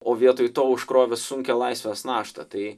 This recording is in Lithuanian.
o vietoj to užkrovė sunkią laisvės naštą tai